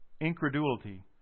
incredulity